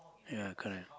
ya correct